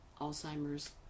Alzheimer's